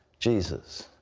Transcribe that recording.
jesus,